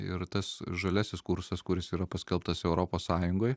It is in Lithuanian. ir tas žaliasis kursas kuris yra paskelbtas europos sąjungoj